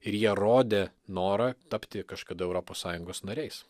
ir jie rodė norą tapti kažkada europos sąjungos nariais